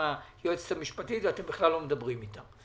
היועצת המשפטית ואתם בכלל לא מדברים אתה.